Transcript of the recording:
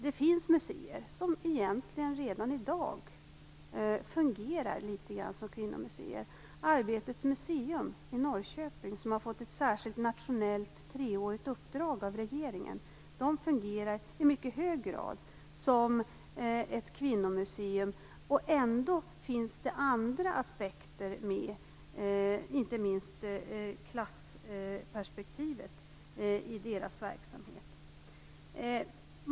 Det finns museer som egentligen redan i dag fungerar litet grand som kvinnomuseer. Arbetets museum i Norrköping, som har fått ett särskilt nationellt treårigt uppdrag av regeringen, fungerar i mycket hög grad som ett kvinnomuseum. Ändå finns också andra aspekter med i deras verksamhet - inte minst klassperspektivet.